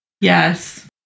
Yes